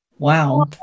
Wow